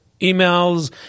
emails